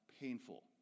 painful